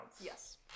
Yes